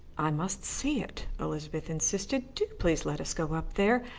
i must see it, elizabeth insisted. do please let us go up there.